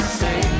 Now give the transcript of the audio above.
say